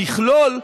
במכלול,